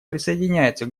присоединяется